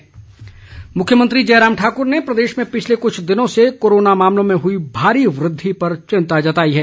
corona CM मुख्यमंत्री जयराम ठाकुर ने प्रदेश में पिछले कुछ दिनों से कोरोना मामलों में हुई भारी वृद्वि पर चिंता जताई है